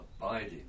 abiding